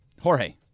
Jorge